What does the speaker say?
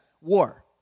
war